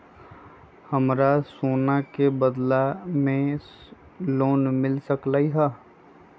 हमरा सोना के बदला में लोन मिल सकलक ह?